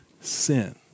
sin